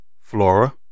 Flora